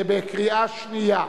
בקריאה שנייה.